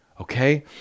Okay